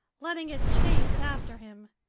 letting it chase after him.